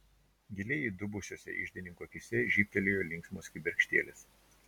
giliai įdubusiose iždininko akyse žybtelėjo linksmos kibirkštėlės